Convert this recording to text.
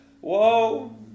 Whoa